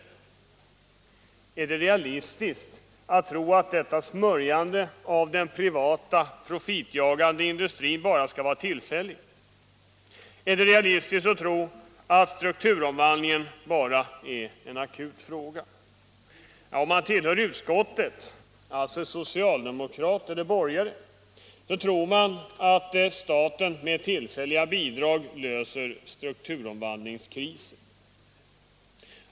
— mulerande åtgär Är det realistiskt att tro att detta smörjande av den privata profitjagande der, m.m. industrin bara skall vara tillfälligt? Är det realistiskt att tro att strukturomvandlingen bara är en akut fråga? Om man tillhör utskottet — och alltså är socialdemokrat eller borgare - tror man att staten med tillfälliga bidrag löser strukturomvandlingskriser.